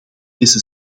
deze